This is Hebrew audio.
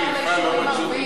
למה רק ליישובים הערביים?